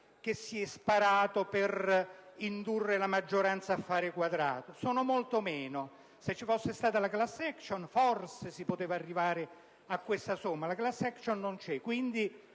stati "sparati" per indurre la maggioranza a fare quadrato. Sono molto meno e, se vi fosse stata la *class action*, forse si poteva arrivare a quella somma. Ma la *class action* non c'è,